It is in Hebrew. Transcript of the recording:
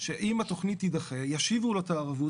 שאם התכנית תידחה ישיבו לו את הערבות